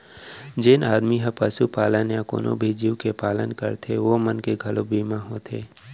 जेन आदमी ह पसुपालन या कोनों भी जीव के पालन करथे ओ मन के घलौ बीमा होथे